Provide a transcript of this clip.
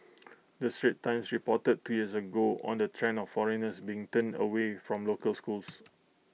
the straits times reported two years ago on the trend of foreigners bring turned away from local schools